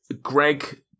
Greg